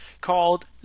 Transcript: called